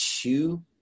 two